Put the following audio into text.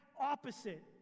opposite